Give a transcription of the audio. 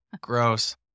gross